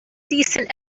decent